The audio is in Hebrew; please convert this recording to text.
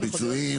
מינימום?